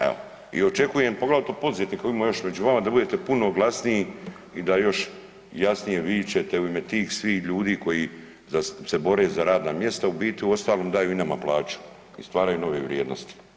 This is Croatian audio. Evo i očekujem poglavito od poduzetnika kojih ima još među vama da budete puno glasniji i da još jasnije vičete u ime tih svih ljudi koji se bore za radna mjesta u biti uostalom daju i nama plaće i stvaraju nove vrijednosti.